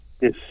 Yes